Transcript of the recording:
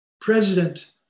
president